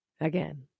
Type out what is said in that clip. Again